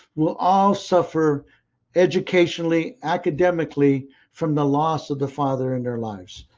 will all suffer educationally, academically from the loss of the father in their lives.